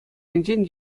енчен